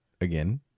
again